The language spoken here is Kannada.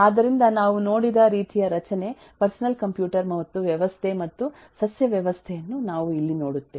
ಆದ್ದರಿಂದ ನಾವು ನೋಡಿದ ರೀತಿಯ ರಚನೆ ಪರ್ಸನಲ್ ಕಂಪ್ಯೂಟರ್ ಮತ್ತು ವ್ಯವಸ್ಥೆ ಮತ್ತು ಸಸ್ಯ ವ್ಯವಸ್ಥೆಯನ್ನು ನಾವು ಇಲ್ಲಿ ನೋಡುತ್ತೇವೆ